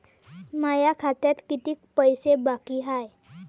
माया खात्यात कितीक पैसे बाकी हाय?